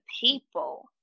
people